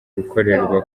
gukorerwa